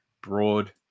broad